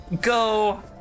Go